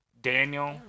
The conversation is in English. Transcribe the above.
daniel